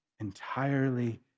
entirely